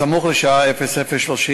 בסמוך לשעה 00:30,